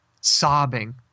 sobbing